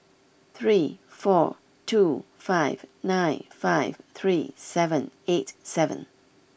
three four two five nine five three seven eight seven